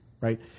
right